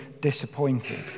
disappointed